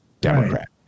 Democrat